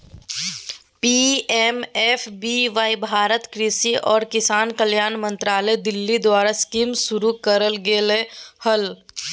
PMFBY Bharat कृषि और किसान कल्याण मंत्रालय दिल्ली द्वारास्कीमशुरू करल गेलय हल